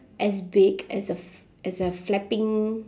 as big as a f~ as a flapping